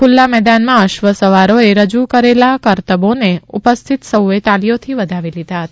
ખુલ્લા મેદાનમાં અશ્વ સવારોએ રજૂ કરેલા કરતબોને ઉપસ્થિત સૌએ તાલીઓથી વધાવી લીધા હતા